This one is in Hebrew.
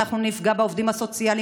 אנחנו נפגע בעובדים הסוציאליים,